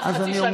אז חצי שנה,